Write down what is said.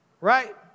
right